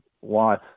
wife